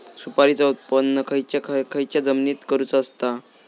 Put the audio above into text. सुपारीचा उत्त्पन खयच्या जमिनीत करूचा असता?